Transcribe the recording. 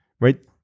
right